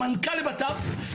המנכ"ל לבט"פ,